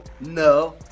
No